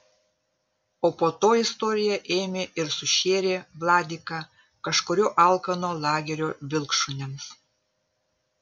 o po to istorija ėmė ir sušėrė vladiką kažkurio alkano lagerio vilkšuniams